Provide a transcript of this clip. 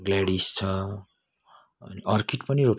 Gladys छ अनि orchid पनि रोपेको छु